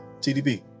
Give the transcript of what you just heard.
TDB